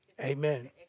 Amen